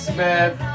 Smith